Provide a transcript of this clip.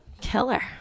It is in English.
killer